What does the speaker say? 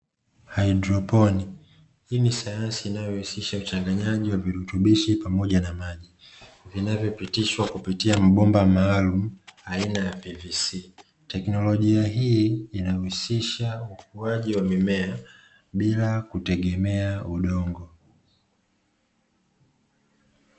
Haidroponi, hii ni sayansi inayohusisha uchanganyaji wa virutubishi pamoja na maji vinavyopitishwa kupitia mabomba maalumu aina ya "pvc". Teknolojia hii inahusisha ukuaji wa mimea bila kutegemea udongo.